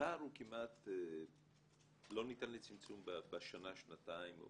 הפער הוא כמעט לא ניתן לצמצום בשנה, שנתיים או